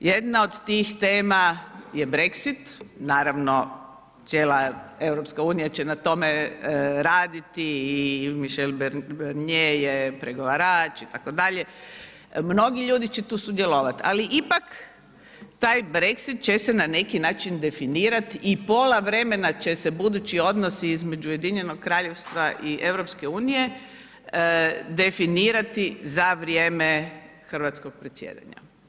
Jedna od tih tema je Brexit, naravno cijela EU će na tome raditi i Michel Barnier je pregovarač itd., mnogi ljudi će tu sudjelovat, ali ipak taj Brexit će se na neki način definirat i pola vremena će se budući odnosi između UK-a i EU-a, definirati za vrijeme hrvatskog predsjedanja.